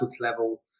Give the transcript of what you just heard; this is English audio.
level